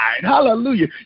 Hallelujah